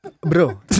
Bro